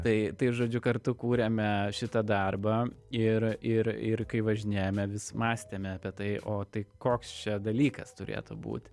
tai tai žodžiu kartu kūrėme šitą darbą ir ir ir kai važinėjome vis mąstėme apie tai o tai koks čia dalykas turėtų būt